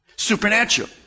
Supernatural